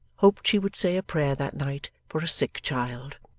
hoped she would say a prayer that night for a sick child.